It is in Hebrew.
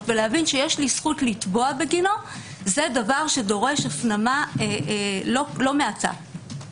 ולהבין שיש לי זכות לתבוע בגינו זה דורש הפנמה לא מעטה.